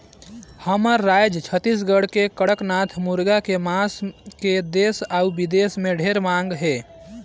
हमर रायज छत्तीसगढ़ के कड़कनाथ मुरगा के मांस के देस अउ बिदेस में ढेरे मांग हे